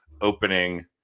opening